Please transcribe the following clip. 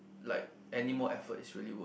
like anymore effort is really worth